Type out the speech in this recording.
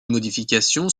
modifications